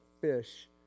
fish